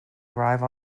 arrive